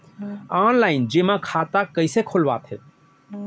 Online जेमा खाता कइसे खोलवाथे?